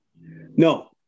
No